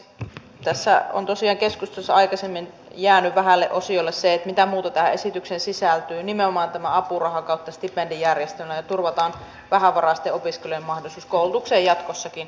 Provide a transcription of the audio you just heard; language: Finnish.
tässä keskustelussa on tosiaan aiemmin jäänyt vähälle osalle se mitä muuta tähän esitykseen sisältyy nimenomaan tämä apuraha ja stipendijärjestelmä se että turvataan vähävaraisten opiskelijoiden mahdollisuus koulutukseen jatkossakin